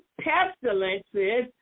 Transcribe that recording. pestilences